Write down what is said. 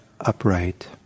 upright